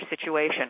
situation